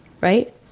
right